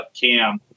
Cam